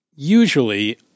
Usually